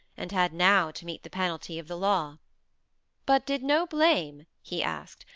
and had now to meet the penalty of the law but did no blame, he asked,